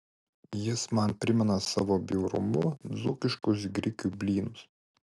jis man primena savo bjaurumu dzūkiškus grikių blynus